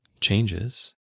changes